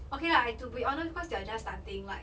okay lah I to be honest because they are just starting like